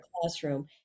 classroom